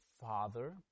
Father